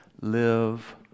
live